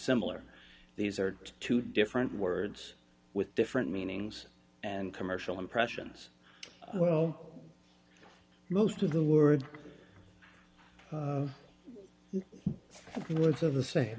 similar these are two different words with different meanings and commercial impressions well most of the word the words of the same